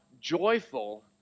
joyful